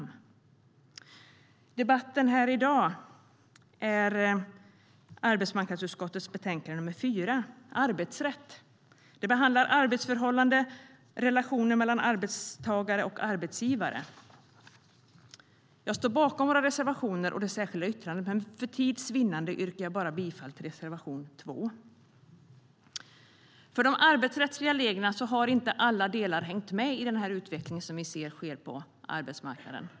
. Betänkandet behandlar arbetsförhållanden samt relationen mellan arbetstagare och arbetsgivare. Jag står bakom våra reservationer och det särskilda yttrandet, men för tids vinnande yrkar jag bifall bara till reservation 2. När det gäller de arbetsrättsliga reglerna har inte alla delar hängt med i utvecklingen på arbetsmarknaden.